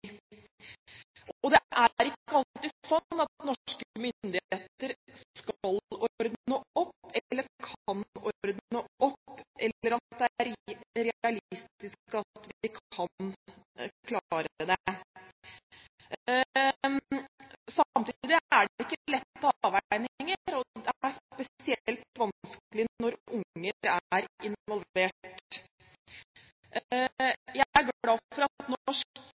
Det er ikke alltid sånn at norske myndigheter skal ordne opp eller bør ordne opp, eller at det er realistisk at vi kan klare det. Samtidig er det ikke lette avveininger, og det er spesielt vanskelig når unger er involvert. Jeg er glad for at norsk utenrikstjeneste nå